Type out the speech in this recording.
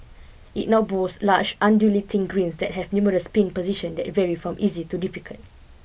it now boasts large undulating greens that have numerous pin position that vary from easy to difficult